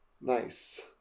nice